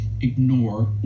ignore